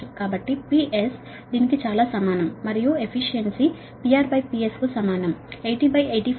కాబట్టి PS దీనికి చాలా సమానం మరియు ఎఫిషియన్సీ PRPSకు సమానం అంటే 8085